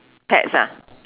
pets ah